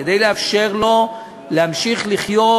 כדי לאפשר לו להמשיך לחיות,